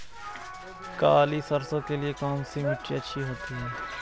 काली सरसो के लिए कौन सी मिट्टी अच्छी होती है?